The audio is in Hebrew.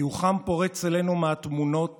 חיוכם פורץ אלינו מהתמונות